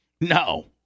No